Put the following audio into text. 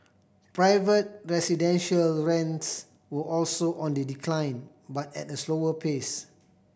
private residential rents were also on the decline but at a slower pace